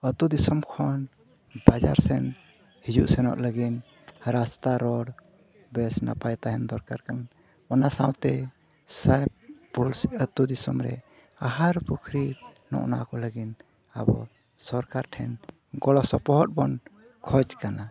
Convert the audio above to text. ᱟᱹᱛᱩ ᱫᱤᱥᱚᱢ ᱠᱷᱚᱱ ᱵᱟᱡᱟᱨ ᱥᱮᱱ ᱦᱤᱡᱩᱜ ᱥᱮᱱᱚᱜ ᱞᱟᱹᱜᱤᱫ ᱨᱟᱥᱛᱟ ᱨᱳᱰ ᱵᱮᱥ ᱱᱟᱯᱟᱭ ᱛᱟᱦᱮᱱ ᱫᱚᱨᱠᱟᱨ ᱠᱟᱱᱟ ᱚᱱᱟ ᱥᱟᱶᱛᱮ ᱥᱟᱦᱮᱵᱽ ᱯᱳᱞᱥ ᱟᱹᱛᱩ ᱫᱤᱥᱚᱢ ᱨᱮ ᱟᱦᱟᱨ ᱯᱩᱠᱷᱨᱤ ᱱᱚᱜᱼᱚ ᱱᱟ ᱠᱚ ᱞᱟᱹᱜᱤᱫ ᱟᱵᱚ ᱥᱚᱨᱠᱟᱨ ᱴᱷᱮᱱ ᱜᱚᱲᱚᱥᱚᱯᱚᱦᱚᱫ ᱵᱚᱱ ᱠᱷᱚᱡᱽ ᱠᱟᱱᱟ